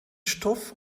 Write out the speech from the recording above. stoff